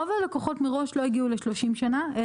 רוב הלקוחות מראש לא הגיעו ל-30 שנה.